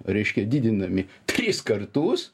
reiškia didinami tris kartus